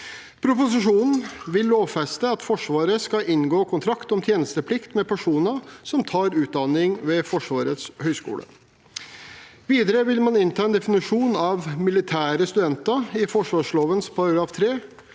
Proposisjonen vil lovfeste at Forsvaret skal inngå kontrakt om tjenesteplikt med personer som tar utdan ning ved Forsvarets høgskole. Videre vil man innta en definisjon av «militære studenter» i forsvarsloven § 3